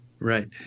Right